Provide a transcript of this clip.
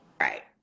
Right